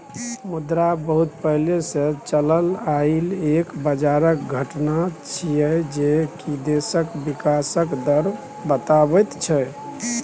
मुद्रा बहुत पहले से चलल आइल एक बजारक घटना छिएय जे की देशक विकासक दर बताबैत छै